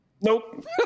Nope